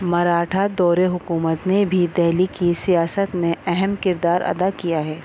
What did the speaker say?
مراٹھا دور حکومت نے بھی دہلی کی سیاست میں اہم کردار ادا کیا ہے